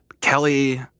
Kelly